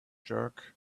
jerk